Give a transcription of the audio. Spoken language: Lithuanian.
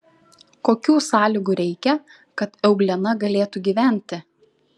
kokių sąlygų reikia kad euglena galėtų gyventi